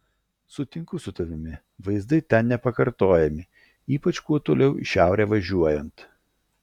sutinku su tavimi vaizdai ten nepakartojami ypač kuo toliau į šiaurę važiuojant